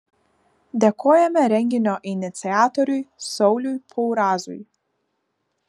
dėkojame renginio iniciatoriui sauliui paurazui